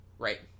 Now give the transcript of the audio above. right